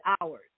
hours